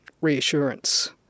reassurance